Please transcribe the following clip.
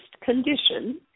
condition